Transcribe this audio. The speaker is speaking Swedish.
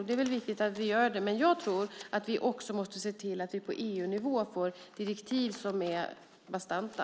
Det är väl viktigt att vi gör det, men jag tror att vi också måste se till att vi på EU-nivå får direktiv som är bastanta.